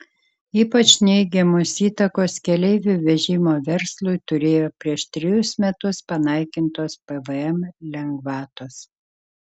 ypač neigiamos įtakos keleivių vežimo verslui turėjo prieš trejus metus panaikintos pvm lengvatos